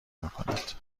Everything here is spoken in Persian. میکند